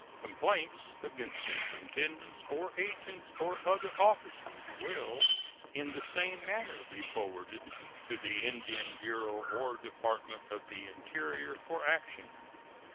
complaints against superintendents or agents or other officers will in the same manner be forwarded to the indian bureau or department of the interior for action.